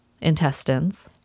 intestines